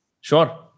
Sure